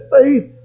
faith